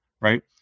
right